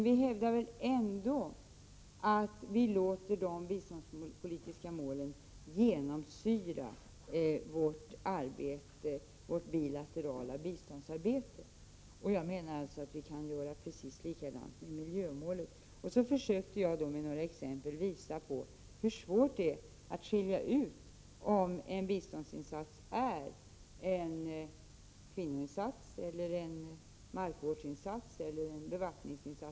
Vi hävdar ändå att de biståndspolitiska målen skall få genomsyra vårt bilaterala bidståndsarbete. Jag menar alltså att vi kan göra precis likadant beträffande miljömålet. Genom att anföra några exempel ville jag visa hur svårt det är att skilja ut om en biståndsinsats är en kvinnoinsats, en markvårdsinsats eller en bevattningsinsats.